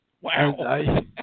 Wow